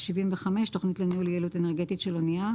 75.תכנית לניהול יעילות אנרגטית של אנייה,